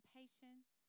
patience